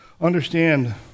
understand